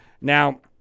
Now